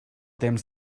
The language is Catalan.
temps